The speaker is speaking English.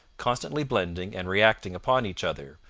constantly blending and reacting upon each other,